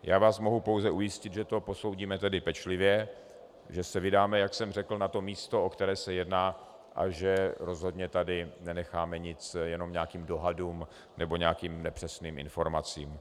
Já vás mohu pouze ujistit, že to posoudíme pečlivě, že se vydáme, jak jsem řekl, na to místo, o které se jedná, a že rozhodně tady nenecháme nic jenom nějakým dohadům nebo nějakým nepřesným informacím.